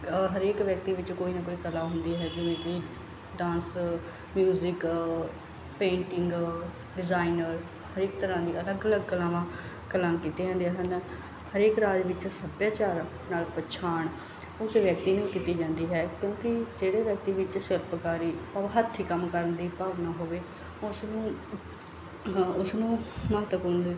ਹਰੇਕ ਵਿਅਕਤੀ ਵਿੱਚ ਕੋਈ ਨਾ ਕੋਈ ਕਲਾ ਹੁੰਦੀ ਹੈ ਜਿਵੇਂ ਕਿ ਡਾਂਸ ਮਿਊਜ਼ਿਕ ਪੇਂਟਿੰਗ ਡਿਜ਼ਾਇਨਰ ਹਰੇਕ ਤਰ੍ਹਾਂ ਦੀ ਅਲੱਗ ਅਲੱਗ ਕਲਾਵਾਂ ਕਲਾ ਕੀਤੀਆਂ ਜਾਂਦੀਆਂ ਹਨ ਹਰੇਕ ਰਾਜ ਵਿੱਚ ਸੱਭਿਆਚਾਰ ਨਾਲ ਪਛਾਣ ਉਸ ਵਿਅਕਤੀ ਨੂੰ ਕੀਤੀ ਜਾਂਦੀ ਹੈ ਕਿਉਂਕਿ ਜਿਹੜੇ ਵਿਅਕਤੀ ਵਿੱਚ ਸ਼ਿਲਪਕਾਰੀ ਉਹ ਹੱਥੀਂ ਕੰਮ ਕਰਨ ਦੀ ਭਾਵਨਾ ਹੋਵੇ ਉਸ ਨੂੰ ਹ ਉਸ ਨੂੰ ਮਹੱਤਵਪੂਰਨ ਦੇ